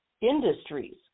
industries